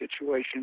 situation